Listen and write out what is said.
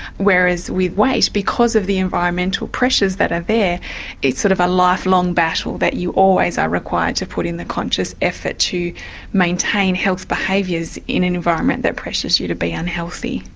whereas with weight because of the environmental pressures that are there it's sort of a lifelong battle that you always are required to put in a conscious effort to maintain health behaviours in an environment that pressures you to be unhealthy.